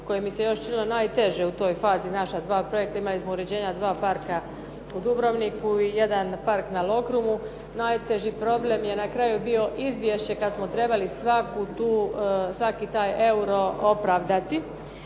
koje mi se još činilo najteže u toj fazi naša dva projekta. Imali smo uređenja dva parka u Dubrovniku i jedan park na Lokrumu. Najteži problem je na kraju bio izvješće kad smo trebali svaku tu, svaki taj euro opravdati.